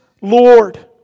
Lord